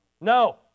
No